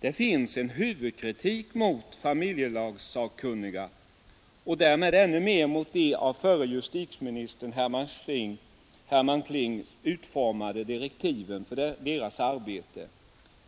Det finns en huvudkritik mot familjelagssakkunniga och därmed ännu mer mot de av förre justitieministern Herman Kling utformade direktiven för deras arbete.